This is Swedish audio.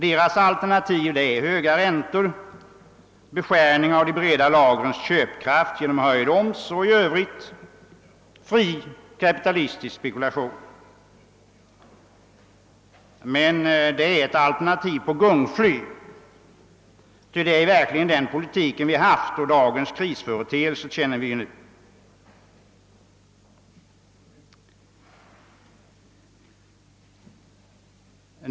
Deras alternativ är höga räntor, beskärning av de breda lagrens köpkraft genom höjd omsättningsskatt och i övrigt fri kapitalistisk spekulation. Men det är ett alternativ på gungfly, ty det är i verkligheten den politiken som förts. Och dagens krisföreteelser känner vi ju.